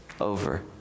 over